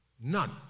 None